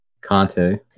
Conte